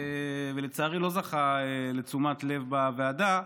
ולצערי לא זכה לתשומת לב בוועדה,